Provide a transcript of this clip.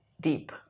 deep